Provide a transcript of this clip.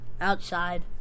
Outside